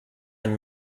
any